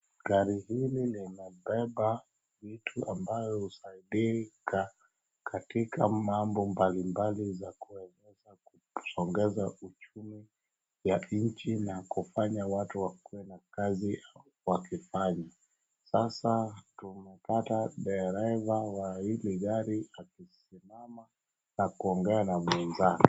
Gari hili linabeba mtu ambaye husaidika katika mambo mbalimbali za kuweza kusongeza uchumi wa nchi na kufanya watu wakuwe na kazi wakifanya. Sasa tumepata dereva wa hili gari akisimama na kuongea na mwenzake.